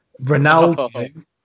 Ronaldo